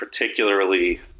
particularly